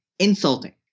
Insulting